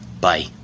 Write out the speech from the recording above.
Bye